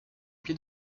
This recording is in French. pied